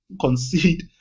concede